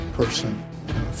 person